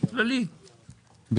זה לא כל כך נוגע לדיון.